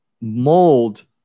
mold